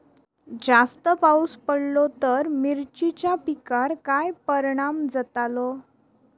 जास्त पाऊस पडलो तर मिरचीच्या पिकार काय परणाम जतालो?